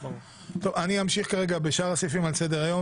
אני אמשיך כרגע בשאר הסעיפים על סדר-היום